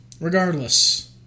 Regardless